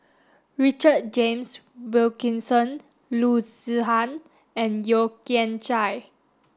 Richard James Wilkinson Loo Zihan and Yeo Kian Chai